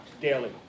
daily